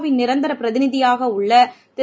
win நிரந்தர பிரதிநிதியாக உள்ள திரு